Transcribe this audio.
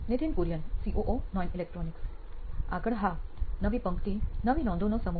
Nithin Kurian COO નોઇન electronics આગળ હા નવી પંક્તિ નવી નોંધોનો સમૂહ